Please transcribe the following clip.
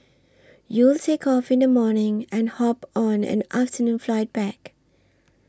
you'll take off in the morning and hop on an afternoon flight back